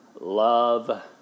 love